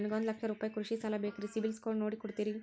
ನನಗೊಂದ ಲಕ್ಷ ರೂಪಾಯಿ ಕೃಷಿ ಸಾಲ ಬೇಕ್ರಿ ಸಿಬಿಲ್ ಸ್ಕೋರ್ ನೋಡಿ ಕೊಡ್ತೇರಿ?